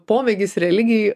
poveikis religijai